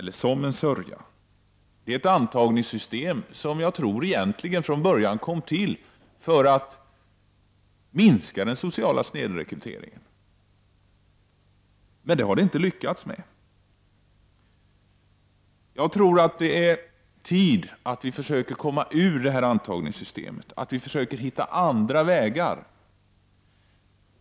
Det är ett antagningssystem som jag tror egentligen från början kom till för att minska den sociala snedrekryteringen, men det har det inte lyckats med. Jag tror att det är tid att vi försöker komma ur detta system, att vi försöker hitta andra vägar.